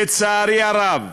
לצערי הרב